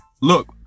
look